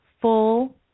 full